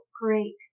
Great